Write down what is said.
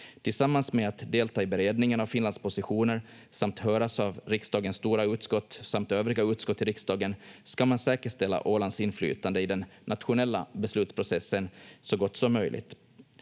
Tillsammans med att delta i beredningen av Finlands positioner samt höras av riksdagens stora utskott samt övriga utskott i riksdagen ska man säkerställa Ålands inflytande i den nationella beslutsprocessen så gott som möjligt.